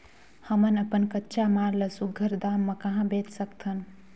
हमन अपन कच्चा माल ल सुघ्घर दाम म कहा बेच सकथन?